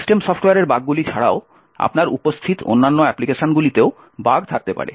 system সফ্টওয়্যারের বাগগুলি ছাড়াও আপনার উপস্থিত অন্যান্য অ্যাপ্লিকেশনগুলিতেও বাগ থাকতে পারে